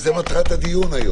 זאת מטרת הדיון היום.